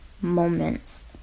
moments